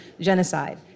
genocide